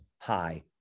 high